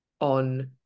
on